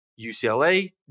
UCLA